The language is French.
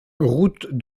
route